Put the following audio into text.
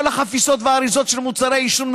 כל החפיסות והאריזות של מוצרי העישון,